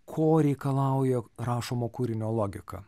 ko reikalauja rašomo kūrinio logika